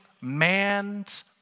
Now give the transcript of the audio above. man's